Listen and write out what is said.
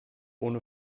ohne